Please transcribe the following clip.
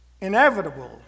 inevitable